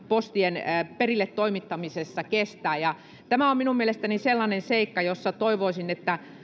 postien perille toimittamisessa kestää tämä on minun mielestäni sellainen seikka että toivoisin että